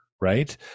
right